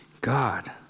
God